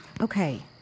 Okay